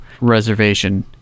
reservation